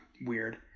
weird